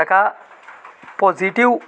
ताका पॉजिटिव्ह